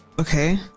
Okay